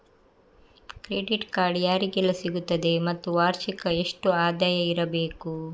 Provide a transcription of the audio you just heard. Credit card ಯಾರಿಗೆಲ್ಲ ಸಿಗುತ್ತದೆ ಮತ್ತು ವಾರ್ಷಿಕ ಎಷ್ಟು ಆದಾಯ ಇರಬೇಕು?